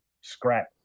scrap